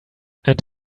and